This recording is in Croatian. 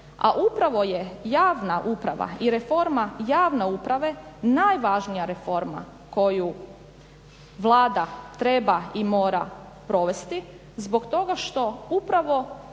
A upravo je javna uprava i reforma javne uprave najvažnija reforma koju Vlada treba i mora provesti zbog toga što upravo